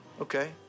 Okay